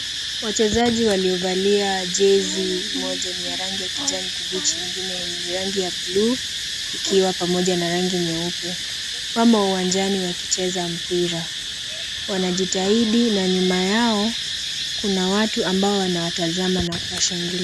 Wachezaji waliovalia jezi, moja ni ya rangi ya kijani kibichi ingine ni rangi ya buluu ikiwa pamoja na rangi nyeupe wamo uwanjani wakicheza mpira. Wanajitahidi na nyuma yao kuna watu ambao wanawatazama na kuwashangalia.